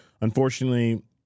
Unfortunately